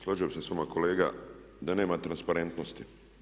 Složio bih se s vama kolega da nema transparentnosti.